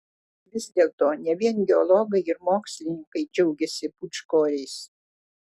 vis dėlto ne vien geologai ir mokslininkai džiaugiasi pūčkoriais